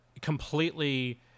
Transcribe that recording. completely